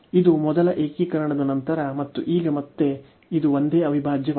ಇದು ಮೊದಲ ಏಕೀಕರಣದ ನಂತರ ಮತ್ತು ಈಗ ಮತ್ತೆ ಇದು ಒಂದೇ ಅವಿಭಾಜ್ಯವಾಗಿದೆ